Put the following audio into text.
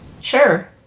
Sure